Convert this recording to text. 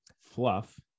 fluff